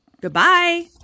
Goodbye